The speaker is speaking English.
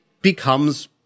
becomes